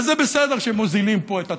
אז זה בסדר שמוזילים פה את הטואלטיקה,